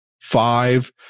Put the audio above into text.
five